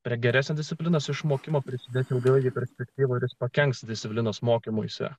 prie geresnio disciplinos išmokimo prisijuokiau vėlgi pirkti dvivagius pakenks disciplinos mokymuisi